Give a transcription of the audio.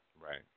Right